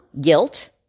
guilt